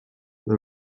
the